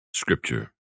Scripture